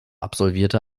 absolvierte